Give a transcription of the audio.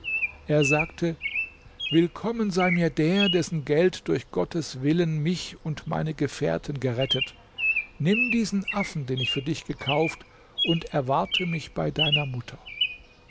er sagte willkommen sei mir der dessen geld durch gottes willen mich und meine gefährten gerettet nimm diesen affen den ich für dich gekauft und erwarte mich bei deiner mutter